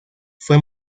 fue